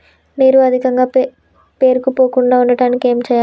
నీరు అధికంగా పేరుకుపోకుండా ఉండటానికి ఏం చేయాలి?